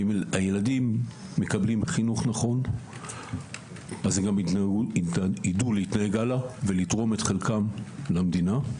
אם הילדים מקבלים חינוך נכון הם גם ידעו לתרום את חלקם למדינה,